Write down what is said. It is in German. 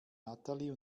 natalie